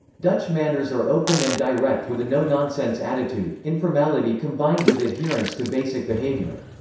dutch manners are open and direct with a no-nonsense attitude informality combined with adherence to basic behaviour.